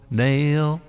nail